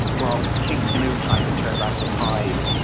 while king canute tried to turn back the tide,